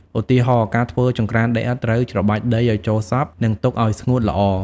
ឧទាហរណ៍ ការធ្វើចង្ក្រានដីឥដ្ឋ ត្រូវច្របាច់ដីឲ្យចូលសព្វ និងទុកឲ្យស្ងួតល្អ។